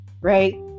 right